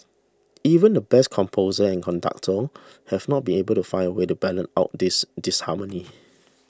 even the best composers and conductors have not been able to find a way to balance out this disharmony